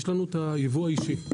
יש לנו את הייבוא האישי.